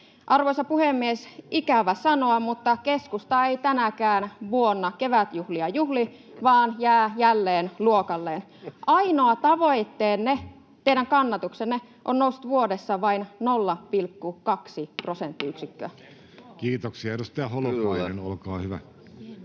Arvoisa puhemies! Ikävä sanoa, mutta keskusta ei tänäkään vuonna kevätjuhlia juhli, vaan jää jälleen luokalleen. Ainoa tavoitteenne, teidän kannatuksenne on noussut vuodessa vain 0,2 prosenttiyksikköä. Kiitoksia. — Edustaja Holopainen, olkaa hyvä.